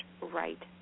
right